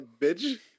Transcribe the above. bitch